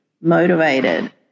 motivated